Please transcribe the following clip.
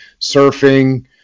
surfing